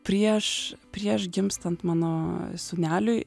prieš prieš gimstant mano sūneliui